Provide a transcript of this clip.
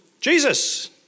Jesus